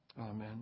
Amen